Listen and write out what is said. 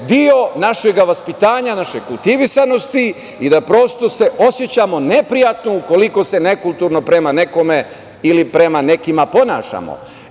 deo našeg vaspitanja, naše kultivisanosti i da prosto se osećamo neprijatno ukoliko se nekulturo prema nekome ili prema nekima ponašamo. Tu